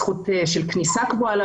הזכות לכניסה קבועה,